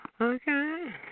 Okay